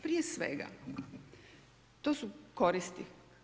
Prije svega to su koristi.